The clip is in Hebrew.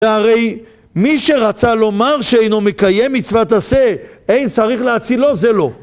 והרי מי שרצה לומר שאינו מקיים מצוות עשה, אין צריך להצילו, זה לא.